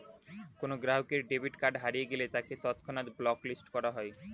কোনো গ্রাহকের debit card হারিয়ে গেলে তাকে তৎক্ষণাৎ ব্লক লিস্ট করা হয়